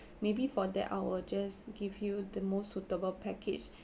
maybe for that I will just give you the most suitable package